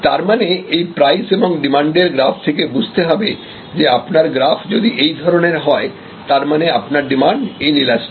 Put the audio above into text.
তার মানে এই প্রাইস এবং ডিমান্ডের গ্রাফ থেকে বুঝতে হবে যে আপনার গ্রাফ যদি এই ধরনের হয় তার মানে আপনার ডিমান্ড ইন ইলাস্টিক